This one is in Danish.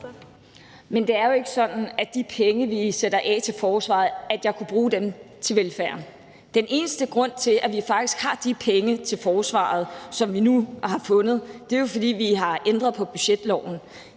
Men det er jo ikke sådan, at de penge, vi sætter af til forsvaret, er nogle, jeg kunne bruge til velfærden. Den eneste grund til, at vi faktisk har de penge til forsvaret, som vi nu har fundet, er jo, at vi har ændret på budgetloven.